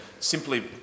Simply